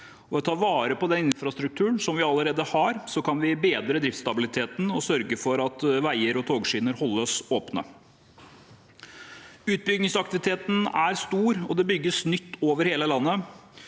å ta vare på den infrastrukturen vi allerede har, kan vi bedre driftsstabiliteten og sørge for at veier og togskinner holdes åpne. Utbyggingsaktiviteten er stor, og det bygges nytt over hele landet.